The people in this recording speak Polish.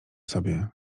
sobie